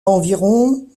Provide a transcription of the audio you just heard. environ